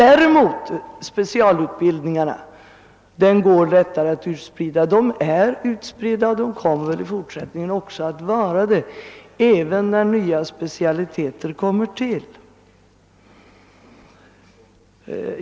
Däremot går det lättare att sprida ut specialutbildningarna; de är utspridda och kommer väl att vara det också i fortsättningen, även när nya specialiteter kommer till.